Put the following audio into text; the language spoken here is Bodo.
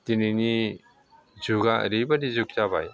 दिनैनि जुगा ओरैबायदि जुग जाबाय